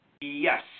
Yes